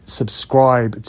subscribe